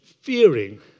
fearing